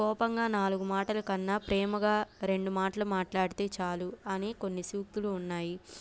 కోపంగా నాలుగు మాటలు కన్నా ప్రేమగా రెండు మాటలు మాట్లాడితే చాలు అని కొన్ని సూక్తులు ఉన్నాయి